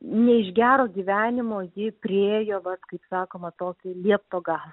ne iš gero gyvenimo ji priėjo vat kaip sakoma tokį liepto galą